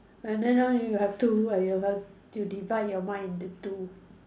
and then now you have two and you have to you divide your mind into two